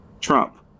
Trump